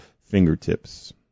fingertips